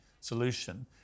solution